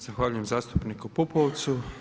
Zahvaljujem zastupniku Pupovcu.